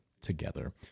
together